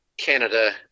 Canada